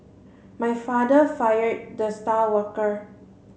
my father fired the star worker